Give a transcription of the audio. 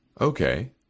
Okay